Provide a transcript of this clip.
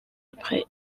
après